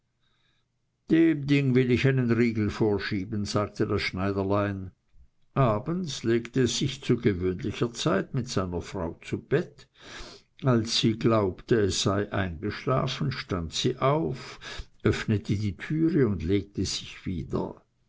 dem ding will ich einen riegel vorschieben sagte das schneiderlein abends legte es sich zu gewöhnlicher zeit mit seiner frau zu bett als sie glaubte er sei eingeschlafen stand sie auf öffnete die türe und legte sich wieder